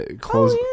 close